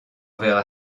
verra